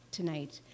tonight